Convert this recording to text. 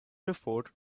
before